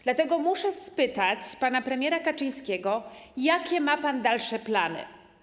Dlatego muszę spytać pana premiera Kaczyńskiego, jakie ma pan dalsze plany.